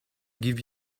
give